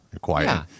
quiet